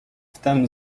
wtem